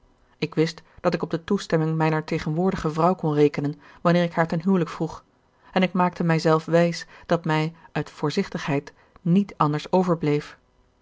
ik wist dat ik op de toestemming mijner tegenwoordige vrouw kon rekenen wanneer ik haar ten huwelijk vroeg en ik maakte mijzelf wijs dat mij uit voorzichtigheid niet anders